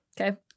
Okay